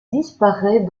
disparaît